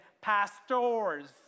Pastors